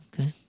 okay